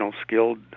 skilled